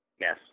Yes